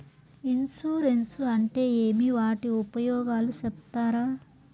Insurance అంటే ఏమి? వాటి ఉపయోగాలు సెప్తారా?